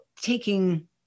taking